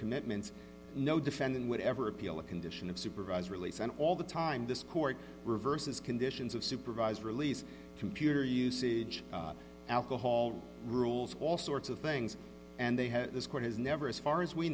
commitments no defendant would ever appeal a condition of supervised release and all the time this court reverses conditions of supervised release computer usage alcohol rules all sorts of things and they have this court has never as far as we